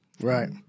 Right